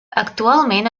actualment